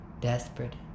desperate